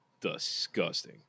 disgusting